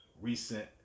recent